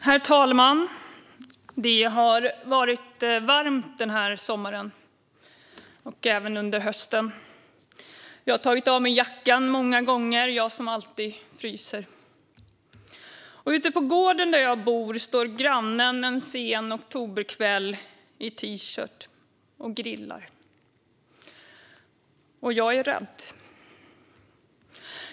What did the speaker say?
Herr talman! Det har varit varmt den här sommaren, och även under hösten. Jag, som alltid fryser, har tagit av mig jackan många gånger. Ute på gården där jag bor står grannen en sen oktoberkväll i T-shirt och grillar - och jag är rädd.